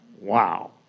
Wow